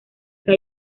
que